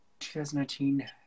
2019